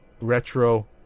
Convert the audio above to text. retro